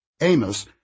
Amos